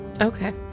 Okay